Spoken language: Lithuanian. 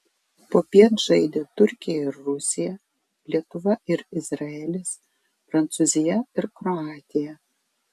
popiet žaidė turkija ir rusija lietuva ir izraelis prancūzija ir kroatija